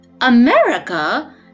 America